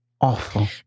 Awful